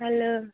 hello